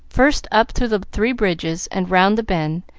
first up through the three bridges and round the bend,